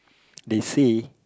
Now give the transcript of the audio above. they say